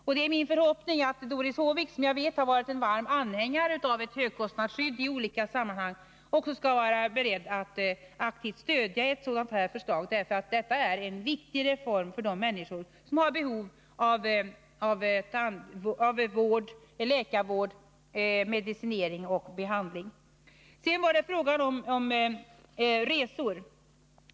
Och det är min förhoppning att Doris Håvik, som jag vet har varit en varm anhängare av högkostnadsskydd i olika sammanhang, också skall vara beredd att aktivt stödja ett sådant här förslag. Det innebär en viktig reform för de människor som har stort behov av läkarvård, medicinering och behandling. Sedan var det fråga om resor.